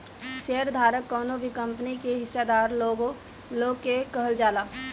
share धारक कवनो भी कंपनी के हिस्सादार लोग के कहल जाला